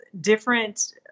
different